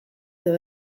edo